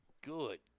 Good